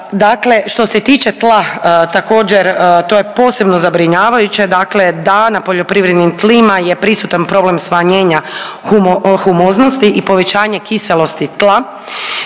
što se tiče tla također to je posebno zabrinjavajuće. Dakle, da na poljoprivrednim tlima je prisutan problem smanjenja humoznosti i povećanje kiselosti tla